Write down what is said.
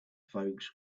folks